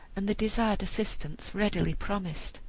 and the desired assistance readily promised.